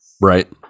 Right